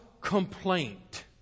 complaint